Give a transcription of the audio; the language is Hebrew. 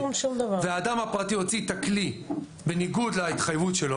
והאדם הפרטי הוציא את הכלי בניגוד להתחייבות שלו